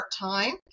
part-time